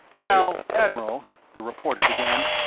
now, admiral, the reporter began,